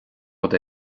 rud